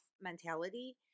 mentality